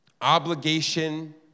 obligation